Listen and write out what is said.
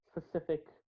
specific